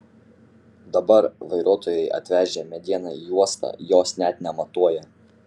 dabar vairuotojai atvežę medieną į uostą jos net nematuoja